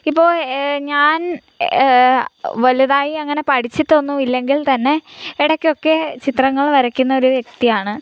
ഇപ്പോൾ ഞാൻ വലുതായി അങ്ങനെ പഠിച്ചിട്ടൊന്നും ഇല്ലെങ്കിൽ തന്നെ ഇടയ്ക്കൊക്കെ ചിത്രങ്ങൾ വരയ്ക്കുന്ന ഒരു വ്യക്തിയാണ്